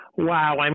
Wow